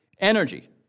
energy